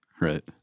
Right